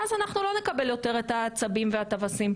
ואז אנחנו לא נקבל יותר את העצבים והטווסים.